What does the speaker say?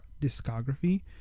discography